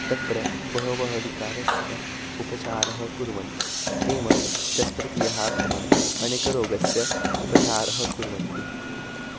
तत्र बहवः विकारस्य उपचारं कुर्वन्ति एवं शस्त्रक्रियाः कुर्वन्ति अनेकरोगस्य उपचारं कुर्वन्ति